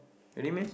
really meh